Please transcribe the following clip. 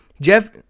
Jeff